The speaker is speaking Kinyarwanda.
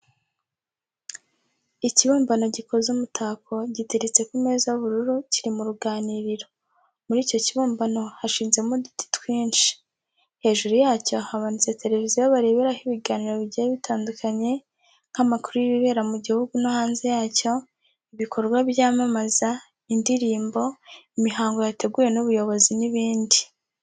Ikibumbano gikoze umutako giteretse ku meza y'ubururu kiri mu ruganiriro, muri icyo kibumbano hashinzemo uduti twinshi, hejuru yacyo hamanitse televiziyo bareberaho ibiganiro bigiye bitandukanye nk'amakuru y'ibibera mu gihugu no hanze yacyo, ibikorwa byamamaza, indirimbo, imihango yateguwe n'ubuyobozi n'ibindi.